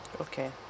Okay